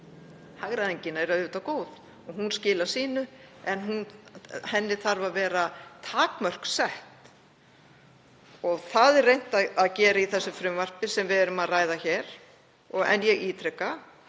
Hagræðingin er auðvitað góð og hún skilar sínu en henni þurfa að vera takmörk sett. Það er reynt að gera í frumvarpinu sem við ræðum hér en ég ítreka